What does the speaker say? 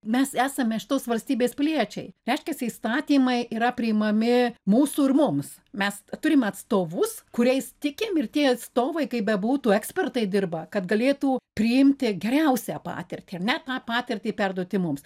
mes esame šitos valstybės piliečiai reiškiasi įstatymai yra priimami mūsų ir mums mes turim atstovus kuriais tikim ir tie atstovai kaip bebūtų ekspertai dirba kad galėtų priimti geriausią patirtį ar ne tą patirtį perduoti mums